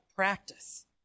practice